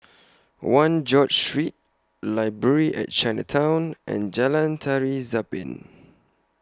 one George Street Library At Chinatown and Jalan Tari Zapin